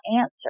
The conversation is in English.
answer